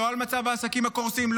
לא על מצב העסקים הקורסים,